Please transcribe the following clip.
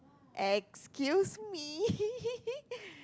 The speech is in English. excuse me